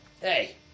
Hey